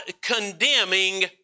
condemning